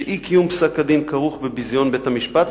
שאי-קיום פסק-הדין כרוך בביזיון בית-המשפט,